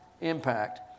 impact